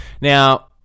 Now